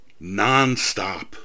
nonstop